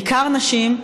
בעיקר נשים,